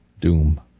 doom